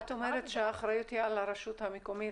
כשאת אומרת שהאחריות היא על הרשות המקומית,